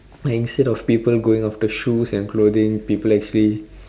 and instead of people going after shoes and clothing people actually